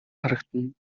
харагдана